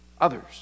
others